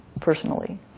personally